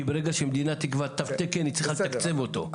כי ברגע שהמדינה תקבע תו תקן היא צריכה לתקצב אותו.